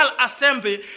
assembly